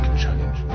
challenge